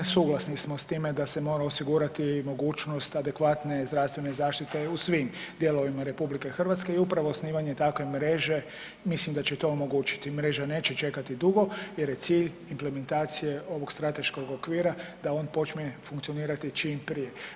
Suglasni smo s time da se mora osigurati i mogućnost adekvatne zdravstvene zaštite u svim dijelovima RH i upravo osnivanje takve mreže mislim da će to omogućiti, mreža neće čekati dugo jer je cilj implementacije ovog strateškog okvira da on počne funkcionirati čim prije.